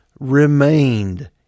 remained